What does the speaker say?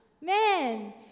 Man